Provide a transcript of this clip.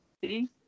See